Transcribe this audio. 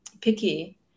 picky